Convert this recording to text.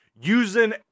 using